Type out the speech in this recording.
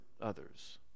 others